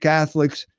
Catholics